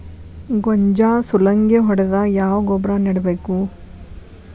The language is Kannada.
ಗೋಂಜಾಳ ಸುಲಂಗೇ ಹೊಡೆದಾಗ ಯಾವ ಗೊಬ್ಬರ ನೇಡಬೇಕು?